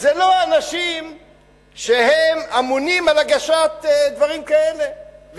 לא אנשים שאמונים על הגשת דברים כאלה,